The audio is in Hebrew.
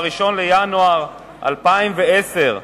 1 בינואר 2010,